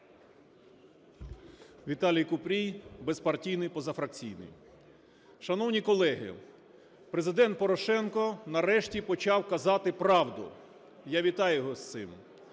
Віталій Купрій, безпартійний, позафракційний. Шановні колеги, Президент Порошенко, нарешті, почав казати правду. Я вітаю його з цим.